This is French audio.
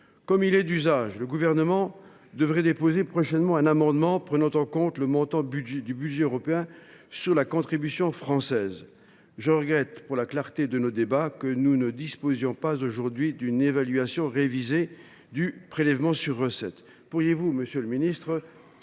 Comme il est d’usage, le Gouvernement devrait déposer prochainement un amendement visant à tenir compte du montant du budget européen sur la contribution française. Je regrette, pour la clarté de nos débats, que nous ne disposions pas d’une évaluation révisée du prélèvement sur recettes (PSR). Pourriez vous, monsieur le ministre,